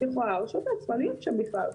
יכולה להרשות לעצמה להיות שם בכלל.